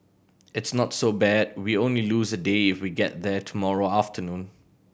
it's not so bad we only lose a day if we get there tomorrow afternoon